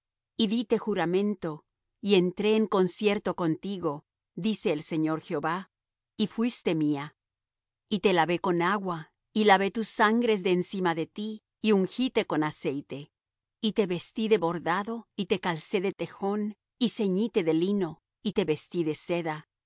díte juramento y entré en concierto contigo dice el señor jehová y fuiste mía y te lavé con agua y lavé tus sangres de encima de ti y ungíte con aceite y te vestí de bordado y te calcé de tejón y ceñíte de lino y te vestí de seda